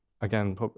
Again